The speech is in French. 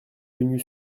venu